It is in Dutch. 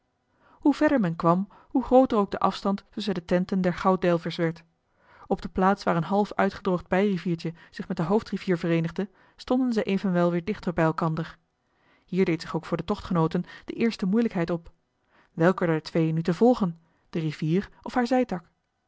hoe verder men kwam hoe grooter ook de afstand tusschen de tenten der gouddelvers werd op de plaats waar een half uitgedroogd bijriviertje zich met de hoofdrivier vereenigde stonden ze evenwel weer dichter bij elkander hier deed zich ook voor de tochtgenooten de eerste moeilijkheid op welke der twee nu te volgen de rivier of haar